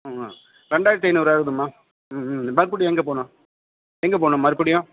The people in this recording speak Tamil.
ஆமாம் ரெண்டாயிரத்தி ஐநூறுபாகுதும்மா ம் ம் மறுப்படி எங்கே போகணும் எங்கே போகணும் மறுப்படியும்